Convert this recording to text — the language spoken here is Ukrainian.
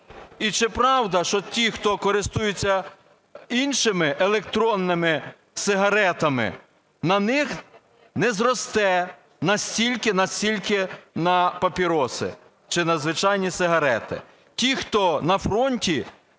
І чи правда, що ті, хто користується іншими електронними сигаретами, на них не зросте на стільки, на скільки на папероси чи на звичайні сигарети? Ті, хто на фронті,